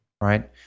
Right